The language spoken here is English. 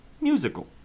musical